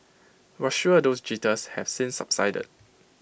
we're sure those jitters have since subsided